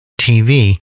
TV